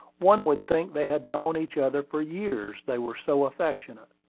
one would think they had known each other for years, they were so affectionate.